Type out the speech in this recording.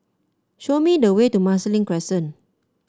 show me the way to Marsiling Crescent